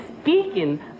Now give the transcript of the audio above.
speaking